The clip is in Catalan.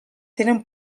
tenen